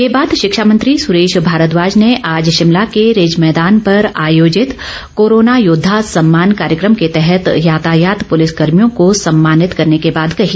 ये बात शिक्षा मंत्री सुरेश भारद्वाज ने आज शिमला के रिज मैदान पर आयोजित कोरोना योद्वा सम्मान कार्यक्रम के तहत यातायात पूलिस कर्भियों को सम्मानित करने के बाद कही